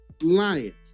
lion